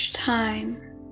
Time